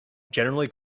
generally